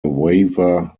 waiver